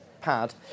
pad